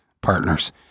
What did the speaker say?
partners